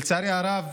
לצערי הרב,